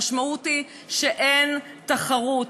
המשמעות היא שאין תחרות,